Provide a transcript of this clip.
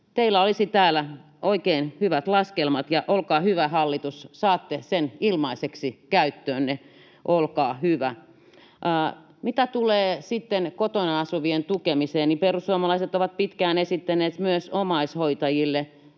Teillä olisi täällä oikein hyvät laskelmat — olkaa hyvä, hallitus, saatte ne ilmaiseksi käyttöönne. Mitä tulee sitten kotona asuvien tukemiseen, niin perussuomalaiset ovat pitkään esittäneet myös omaishoitajille